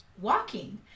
walking